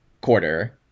quarter